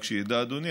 רק שידע אדוני,